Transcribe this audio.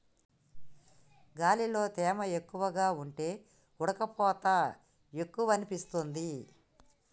గాలిలో తేమ ఎక్కువగా ఉంటే ఉడుకపోత ఎక్కువనిపిస్తుంది